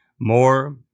more